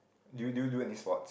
do you do you do any sports